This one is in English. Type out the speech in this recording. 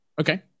Okay